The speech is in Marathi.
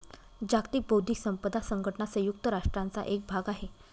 जागतिक बौद्धिक संपदा संघटना संयुक्त राष्ट्रांचा एक भाग आहे